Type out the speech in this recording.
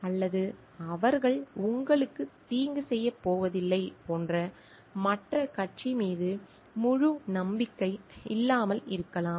அல்லது அவர்கள் உங்களுக்கு தீங்கு செய்யப் போவதில்லை போன்ற மற்ற கட்சி மீது முழு நம்பிக்கை இல்லாமல் இருக்கலாம்